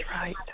right